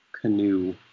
canoe